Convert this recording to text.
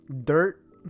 Dirt